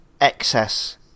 excess